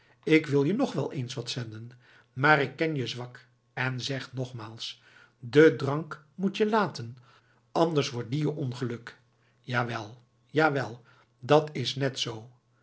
ik wil je nog wel eens wat zenden maar ik ken je zwak en zeg nogmaals den drank moet je laten anders wordt die je ongeluk jawel jawel dat is net zoo